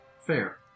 fair